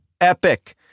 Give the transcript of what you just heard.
epic